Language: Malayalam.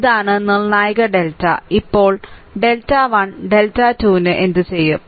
ഇതാണ് നിർണ്ണായക ഡെൽറ്റ ഇപ്പോൾ ഡെൽറ്റ 1 ഡെൽറ്റ 2 ന് നിങ്ങൾ എന്തുചെയ്യും